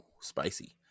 spicy